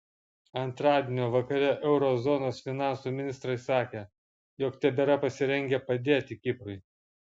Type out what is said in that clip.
antradienio vakare euro zonos finansų ministrai sakė jog tebėra pasirengę padėti kiprui